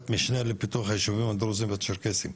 משנה לפיתוח הישובים הדרוזים והצ'רקסיים,